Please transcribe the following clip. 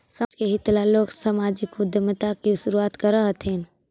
समाज के हित ला लोग सामाजिक उद्यमिता की शुरुआत करअ हथीन